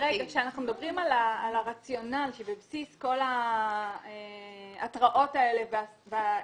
כשאנחנו מדברים על הרציונל שבבסיס כל ההתראות האלה והעיצומים,